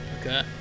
Okay